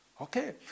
Okay